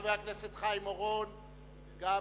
חבר הכנסת חיים אורון, בבקשה.